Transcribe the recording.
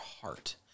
heart